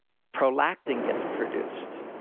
prolactin gets produced.